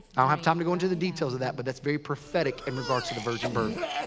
i don't have time to go into the details of that. but that's very prophetic in regards to the virgin birth.